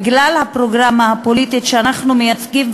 בגלל הפרוגרמה הפוליטית שאנחנו מייצגים,